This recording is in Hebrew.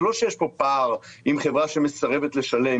זה לא שיש פה פער עם חברה שמסרבת לשלם,